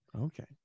Okay